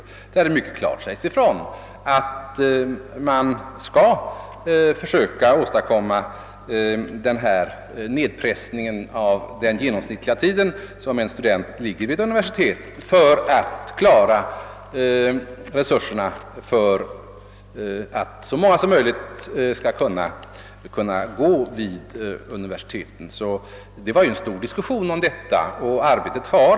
I denna sades det mycket klart ifrån, att man skall försöka åstadkomma en nedpressning av den genomsnittliga tid under vilken en student ligger vid ett universitet för att kunna ge så många som möjligt tillfälle att studera vid universiteten. Det var en stor diskussion om denna fråga.